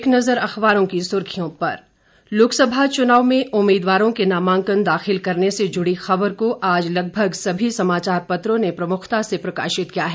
एक नज़र अखबारों की सुर्खियों पर लोकसभा चुनाव में उम्मीदवारों के नामांकन दाखिल करने से जुड़ी खबर को आज लगभग सभी समाचार पत्रों ने प्रमुखता से प्रकाशित किया है